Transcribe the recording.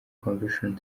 convention